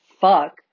Fuck